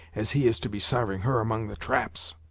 as he is to be sarving her among the traps.